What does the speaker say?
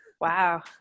wow